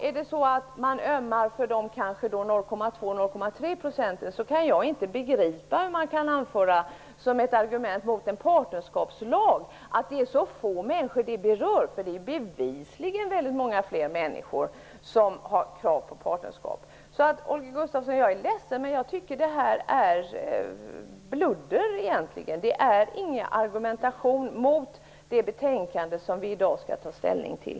Ömmar man så för dessa 0,2--0,3 % kan jag inte begripa hur man som ett argument mot en partnerskapslag kan anföra att det är så få människor den berör. Det är bevisligen många fler människor som ställer krav på partnerskap. Jag är ledsen, Holger Gustafsson, men jag tycker att det är bludder -- det är inga argument mot förslaget i det betänkande som vi i dag skall ta ställning till.